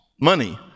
money